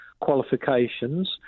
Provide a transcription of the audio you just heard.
qualifications